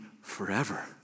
forever